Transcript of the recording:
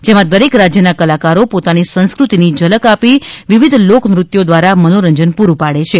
જેમાં દરેક રાજ્યના કલાકારો પોતાની સંસ્કૃતિની ઝલક આપી વિવિદ લોકનૃત્યો દ્વારા મનોરંજન પૂરૂ પાડે છે